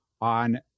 on